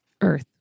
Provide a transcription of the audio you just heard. earth